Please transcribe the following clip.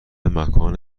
مکان